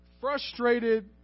frustrated